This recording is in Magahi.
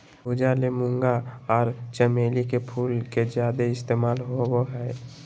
पूजा ले मूंगा आर चमेली के फूल के ज्यादे इस्तमाल होबय हय